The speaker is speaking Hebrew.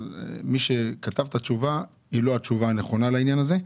אבל מי שכתב את התשובה היא לא התשובה הנכונה לעניין הזה.